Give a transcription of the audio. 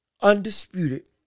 undisputed